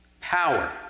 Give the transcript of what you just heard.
power